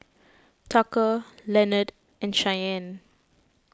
Tucker Leonard and Shyanne